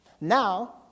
Now